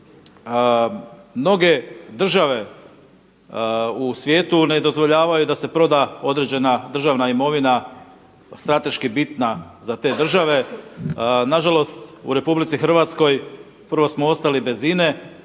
mnoge države u svijetu ne dozvoljavaju da se proda određena državna imovina strateški bitna za te države. Na žalost u Republici Hrvatskoj prvo smo ostali bez